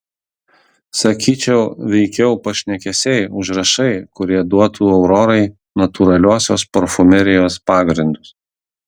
sakyčiau veikiau pašnekesiai užrašai kurie duotų aurorai natūraliosios parfumerijos pagrindus